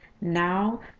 Now